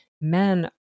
men